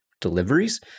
Deliveries